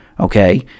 Okay